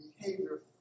behavior